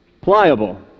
Pliable